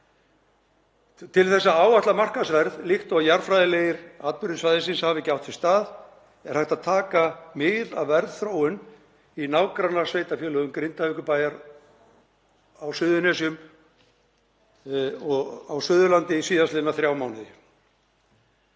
Til þess að áætla markaðsverð líkt og jarðfræðilegir atburðir svæðisins hafi ekki átt sér stað er hægt að taka mið af verðþróun í nágrannasveitarfélögum Grindavíkurbæjar á Suðurnesjum og Suðurlandi síðastliðna þrjá mánuði.